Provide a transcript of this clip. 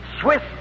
Swiss